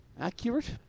accurate